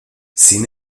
sin